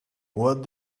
what